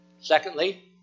Secondly